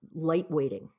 lightweighting